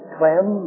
Clem